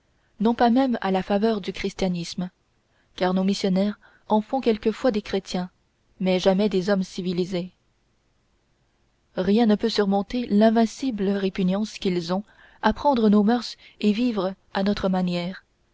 non pas même à la faveur du christianisme car nos missionnaires en font quelquefois des chrétiens mais jamais des hommes civilisés rien ne peut surmonter l'invincible répugnance qu'ils ont à prendre nos mœurs et vivre à notre manière